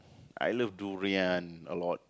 I love durian a lot